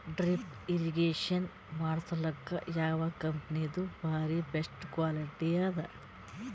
Drip irrigation ಮಾಡಸಲಕ್ಕ ಯಾವ ಕಂಪನಿದು ಬಾರಿ ಬೆಸ್ಟ್ ಕ್ವಾಲಿಟಿ ಅದ?